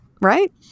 right